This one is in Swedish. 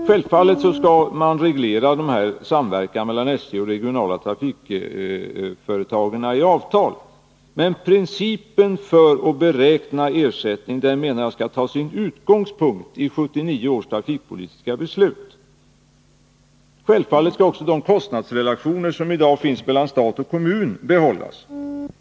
Självfallet skall man reglera samverkan mellan SJ och de regionala trafikföretagen i avtal, men principen när man beräknar ersättningen skall enligt min mening ha sin utgångspunkt i 1979 års trafikpolitiska beslut. Givetvis skall också de kostnadsrelationer som i dag finns mellan stat och kommun behållas.